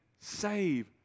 save